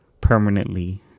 permanently